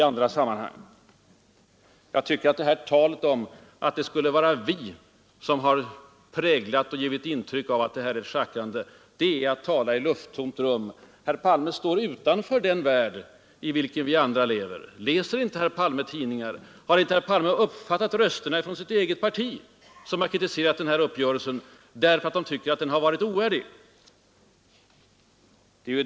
Jag tycker att påståendet om att det skulle vara vi som givit allmänheten ett intryck av att det varit fråga om ett schackrande, det är prat i ett lufttomt rum. Herr Palme står utanför den värld i vilken vi andra lever. Läser inte herr Palme tidningar? Har inte herr Palme uppfattat de röster ifrån sitt eget parti som kritiserat uppgörelsen därför att man tycker den varit oärlig?